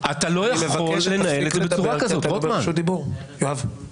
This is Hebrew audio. שאני לא זוכר את שמו,